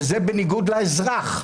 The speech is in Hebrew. וזה בניגוד לאזרח.